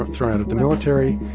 thrown out of the military.